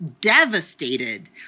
devastated